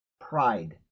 pride